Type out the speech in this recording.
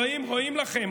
רואים לכם,